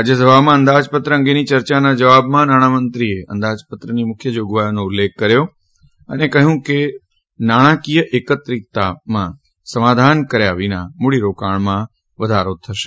રાજ્યસભામાં અંદાજપત્ર અંગેની ચર્ચાનાં જવાબમાં નાણામંત્રીએ અંદાજપત્રની મુખ્ય જાગવાઇઓનો ઉલ્લેખ કર્યો અને કહ્યું કે નાણાકીય એકત્રિકતામાં સમાધાન કર્યા વિના મૂડીરોકાણ વધશે